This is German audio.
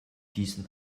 diesen